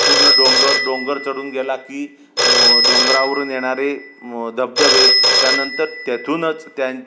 पूर्ण डोंगर डोंगर चढून गेला की डोंगरावरून येणारे धबधबे त्यानंतर त्यातूनच त्या